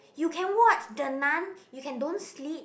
you can watch the Nun you can don't sleep